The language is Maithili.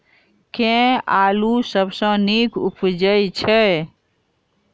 केँ आलु सबसँ नीक उबजय छै?